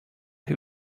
who